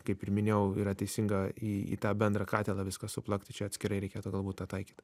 kaip ir minėjau yra teisinga į į tą bendrą katilą viską suplakti čia atskirai reikėtų galbūt tą taikyt